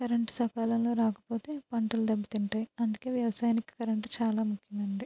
current సకాలంలో రాకపోతే పంటలు దెబ్బతింటాయి అందుకే వ్యవసాయానికి కరెంటు చాలా ముఖ్యమైంది